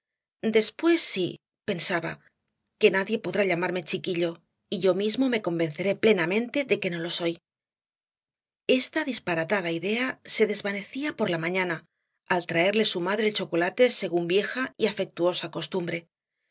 después sí pensaba que nadie podrá llamarme chiquillo y yo mismo me convenceré plenamente de que no lo soy esta disparatada idea se desvanecía por la mañana al traerle su madre el chocolate según vieja y afectuosa costumbre